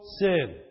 sin